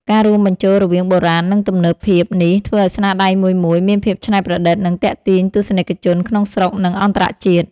ការរួមបញ្ចូលរវាងបុរាណ និងទំនើបភាពនេះ ធ្វើឲ្យស្នាដៃមួយៗ មានភាពច្នៃប្រឌិត និងទាក់ទាញទស្សនិកជនក្នុងស្រុក និងអន្តរជាតិ។